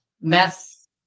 mess